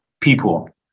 people